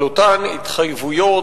על אותן התחייבויות,